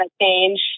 change